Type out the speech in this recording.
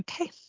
Okay